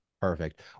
Perfect